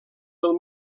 del